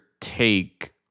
take